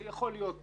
על ידי